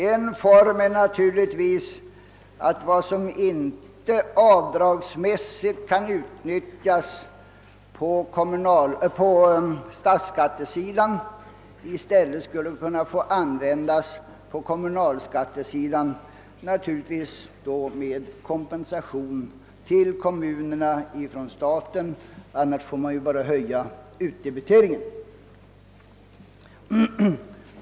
En form är då att vad som inte avdragsmässigt kan utnyttjas på statsskattesidan i stället skulle kunna få användas på kommunalskattesidan — naturligtvis då med kompensation till kommunerna från staten, annars får ju kommunerna bara höja utdebiteringen.